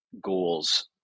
goals